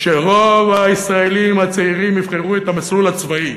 שרוב הישראלים הצעירים יבחרו את המסלול הצבאי.